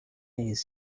eyes